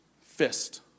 fist